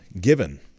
given